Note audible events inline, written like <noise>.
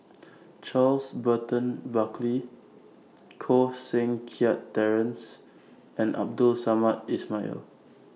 <noise> Charles Burton Buckley Koh Seng Kiat Terence and Abdul Samad Ismail